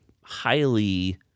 highly